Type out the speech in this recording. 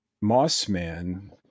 Mossman